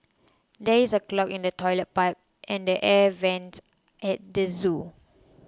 there is a clog in the Toilet Pipe and the Air Vents at the zoo